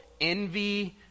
envy